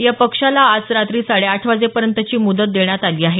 या पक्षाला आज रात्री साडे आठ वाजेपर्यंतखी मुदत देण्यात आली आहे